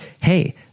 hey